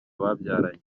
babyaranye